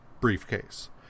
briefcase